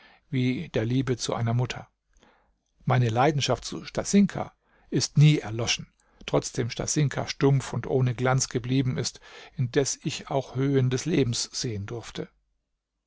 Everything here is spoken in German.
wie der liebe zu einer mutter meine leidenschaft zu stasinka ist nie erloschen trotzdem stasinka stumpf und ohne glanz geblieben ist indes ich auch höhen des lebens sehen durfte